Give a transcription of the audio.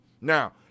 Now